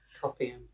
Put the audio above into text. copying